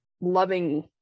loving